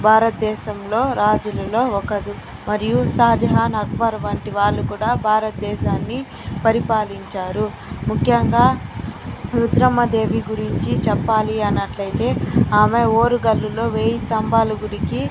భారతదేశంలో రాజులలో ఒకరు మరియు షాజహాన్ అక్బర్ వంటి వాళ్ళు కూడా భారతదేశాన్ని పరిపాలించారు ముఖ్యంగా రుద్రమదేవి గురించి చెప్పాలి అన్నట్లు అయితే ఆమె ఓరుగల్లులో వేయి స్తంభాల గుడికి